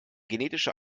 genetische